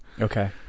okay